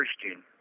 Christian